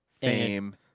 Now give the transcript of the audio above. fame